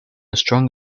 strong